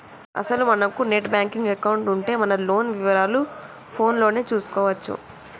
అసలు మనకు net banking account ఉంటే మన లోన్ వివరాలు ఫోన్ లోనే చూసుకోవచ్చు